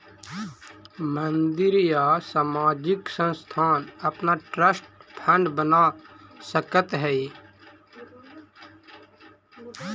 मंदिर या सामाजिक संस्थान अपना ट्रस्ट फंड बना सकऽ हई